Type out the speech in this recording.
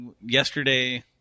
yesterday